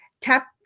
tap